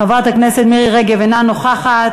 חברת הכנסת מירי רגב, אינה נוכחת.